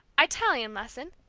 italian lesson,